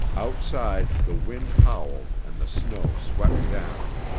outside the wind howled and the snow swept down.